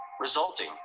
resulting